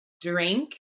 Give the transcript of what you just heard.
drink